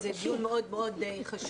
זה דיון מאוד מאוד חשוב.